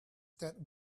that